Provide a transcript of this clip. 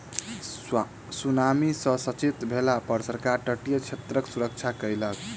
tsunami सॅ सचेत भेला पर सरकार तटीय क्षेत्रक सुरक्षा कयलक